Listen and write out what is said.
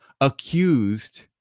accused